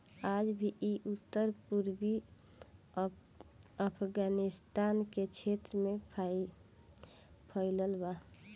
आज भी इ उत्तर पूर्वी अफगानिस्तान के क्षेत्र में फइलल बा